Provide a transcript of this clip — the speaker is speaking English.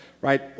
right